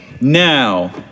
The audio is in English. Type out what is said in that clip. Now